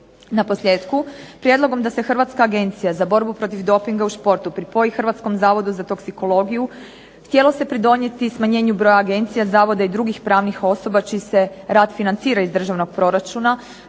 Naposljetku prijedlogom da se Hrvatska agencija za borbu protiv dopinga u športu pripoji Hrvatskom zavodu za toksikologiju htjelo se pridonijeti smanjenju broja agencija, zavoda i drugih pravnih osoba čiji se rad financira iz državnog proračuna,